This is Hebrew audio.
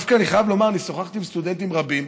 אני חייב לומר: אני שוחחתי עם סטודנטים רבים,